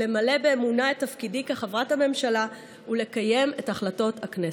למלא באמונה את תפקידי כחברת הממשלה ולקיים את החלטות הכנסת.